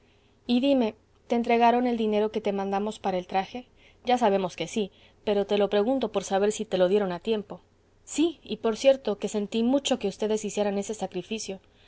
y dime te entregaron el dinero que te mandamos para el traje ya sabemos que sí pero te lo pregunto por saber si te lo dieron a tiempo sí y por cierto que sentí mucho que ustedes hicieran ese sacrificio